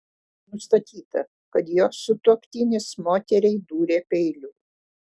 nustatyta kad jos sutuoktinis moteriai dūrė peiliu